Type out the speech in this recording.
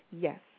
Yes